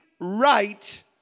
right